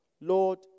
Lord